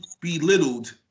belittled